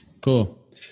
Cool